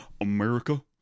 America